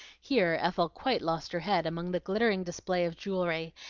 here ethel quite lost her head among the glittering display of jewelry,